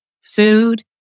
food